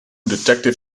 detective